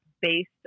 based